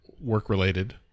work-related